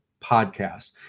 podcast